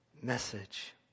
message